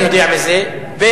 אני יודע, ב.